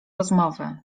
rozmowy